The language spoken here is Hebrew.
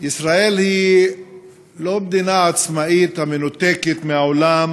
ישראל היא לא מדינה עצמאית המנותקת מהעולם